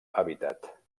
hàbitat